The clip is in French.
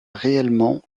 réellement